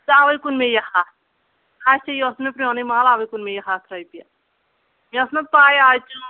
تَوَے کُن مےٚ یہِ ہتھ ہتھی یہِ اوس مے پرٛونُے مال اَوے کُن مےٚ یہِ ہتھ رۄپیہ مےٚ ٲس نَہ پاے آز چھُ